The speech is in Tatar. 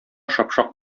шапшак